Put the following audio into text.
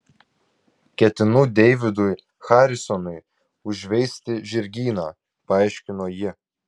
ketinu deividui harisonui užveisti žirgyną paaiškino ji